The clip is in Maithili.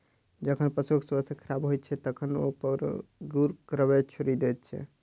जखन पशुक स्वास्थ्य खराब होइत छै, तखन ओ पागुर करब छोड़ि दैत छै